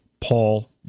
Paul